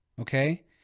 Okay